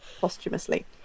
posthumously